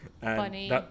Funny